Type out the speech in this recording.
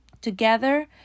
Together